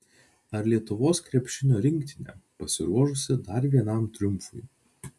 ar lietuvos krepšinio rinktinė pasiruošusi dar vienam triumfui